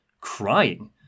crying